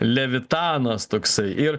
levitanas toksai ir